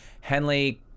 Henley